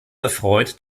erfreut